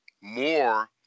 more